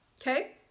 Okay